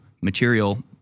material